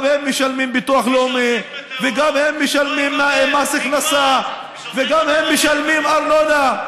הם גם משלמים ביטוח לאומי וגם משלמים מס הכנסה וגם משלמים ארנונה.